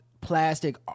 plastic